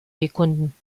bekunden